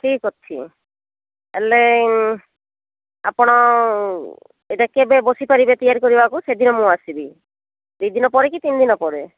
ଠିକ୍ ଅଛି ହେଲେ ଆପଣ ଏଇଟା କେବେ ବସି ପାଇବେ ତିଆରି କରିବାକୁ ସେଦିନ ମୁଁ ଆସିବି ଦୁଇ ଦିନ ପରେ କି ତିନି ଦିନ ପରେ